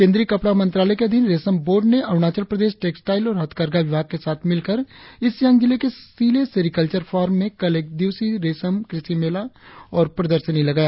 केंद्रीय कपड़ा मंत्रालय के अधीन रेशम बोर्ड ने अरुणाचल प्रदेश टेक्सटाईल और हथकरघा विभाग के साथ मिलकर ईस्ट सियांग जिले के सिले सेरिकल्वर फॉर्म ने कल एक दिवसीय रेशम कृषि मेला और प्रदर्शनी लगाया